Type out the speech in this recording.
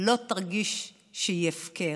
לא תרגיש שהיא הפקר,